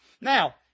Now